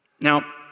Now